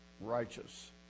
righteous